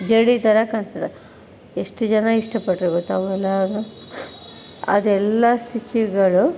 ಜರಡಿ ಥರ ಕಾಣಿಸ್ತದೆ ಎಷ್ಟು ಜನ ಇಷ್ಟಪಟ್ಟರು ಗೊತ್ಥಾ ಅವೆಲ್ಲಾನೂ ಅದೆಲ್ಲಾ ಸ್ಟಿಚ್ಚುಗಳು